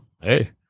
hey